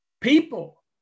people